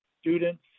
students